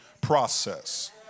process